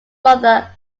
mother